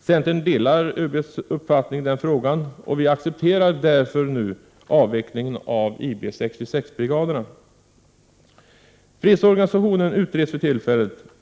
Centern delar ÖB:s uppfattning i den frågan, och vi accepterar därför nu avvecklingen av IB 66-brigaderna. Fredsorganisationen utreds för tillfället.